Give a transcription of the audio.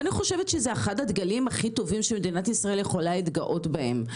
וזה אחד הדגלים הכי טובים שמדינת ישראל יכולה להתגאות בהם.